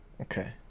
Okay